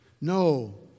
No